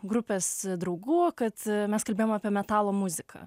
grupės draugų kad mes kalbėjom apie metalo muziką